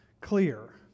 clear